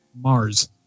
Mars